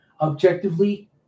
Objectively